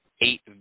eight